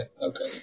okay